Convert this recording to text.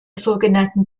sogenannten